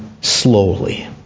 slowly